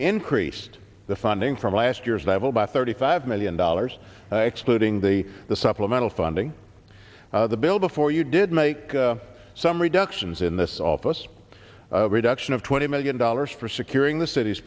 increased the funding from last year's level by thirty five million dollars excluding the the supplemental funding the bill before you did make some reductions in this office reduction of twenty million dollars for securing the cities